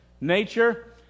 nature